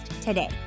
today